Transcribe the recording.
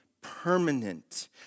permanent